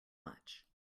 much